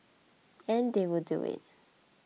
and they will do it